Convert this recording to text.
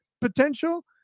potential